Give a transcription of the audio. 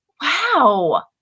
Wow